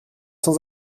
sans